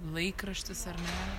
laikraštis ar ne